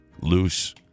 loose